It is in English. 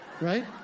right